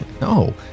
No